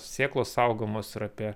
sėklos saugomos ir apie